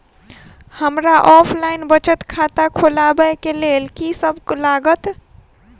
हमरा ऑफलाइन बचत खाता खोलाबै केँ लेल की सब लागत?